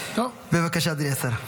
בבקשה, אדוני השר.